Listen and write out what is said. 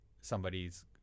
somebody's